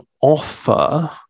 offer